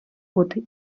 бути